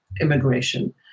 immigration